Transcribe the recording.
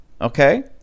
okay